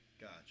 Gotcha